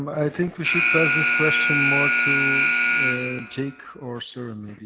i think we should pass this question more to jake or soren,